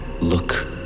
Look